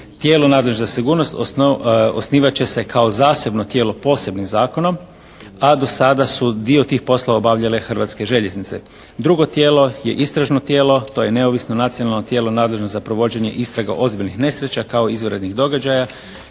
Tijelo nadležno za sigurnost osnivat će se kao zasebno tijelo posebnim zakonom a do sada su dio tih poslova obavljale Hrvatske željeznice. Drugo tijelo je istražno tijelo, to je neovisno nacionalno tijelo nadležno za provođenje istrage ozbiljnih nesreća kao izvanrednih događaja